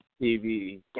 TV